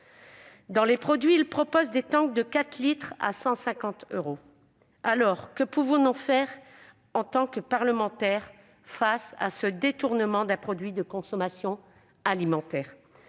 Parmi les produits proposés, on trouve des tanks de 4 litres, pour 150 euros ! Alors, que pouvons-nous faire, en tant que parlementaires, face à ce détournement d'un produit de consommation alimentaire ?